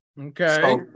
Okay